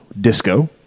disco